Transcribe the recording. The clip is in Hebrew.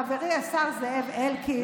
חברי השר זאב אלקין.